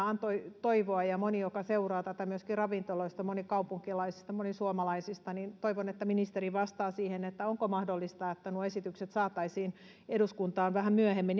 antoi toivoa ja kun moni seuraa tätä myöskin ravintoloista moni kaupunkilaisista moni suomalaisista niin toivon että ministeri vastaa siihen onko mahdollista että nuo esitykset saataisiin eduskuntaan vähän myöhemmin